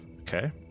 Okay